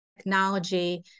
Technology